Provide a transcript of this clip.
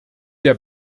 der